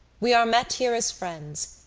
we are met here as friends,